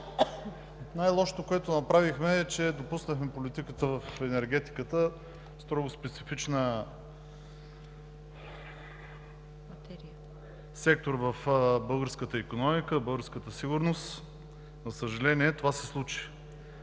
Най-лошото, което направихме, е, че допуснахме политиката в енергетиката – строго специфичен сектор в българската икономика, в българската сигурност. За съжаление, това се случи,